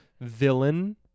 villain